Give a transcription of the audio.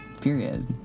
period